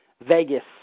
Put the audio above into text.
Vegas